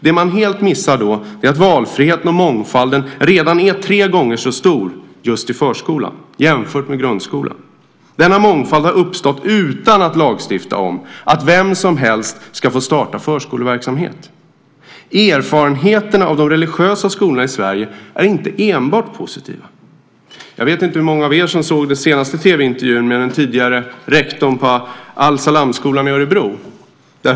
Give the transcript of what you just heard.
Det man helt missar är att valfriheten och mångfalden redan är tre gånger så stor just i förskolan jämfört med grundskolan. Denna mångfald har uppstått utan att man har lagstiftat om att vem som helst ska få starta förskoleverksamhet. Erfarenheterna av de religiösa skolorna i Sverige är inte enbart positiva. Jag vet inte hur många av er som såg den senaste tv-intervjun med den tidigare rektorn på Al-Salamskolan i Örebro.